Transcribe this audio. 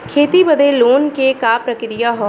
खेती बदे लोन के का प्रक्रिया ह?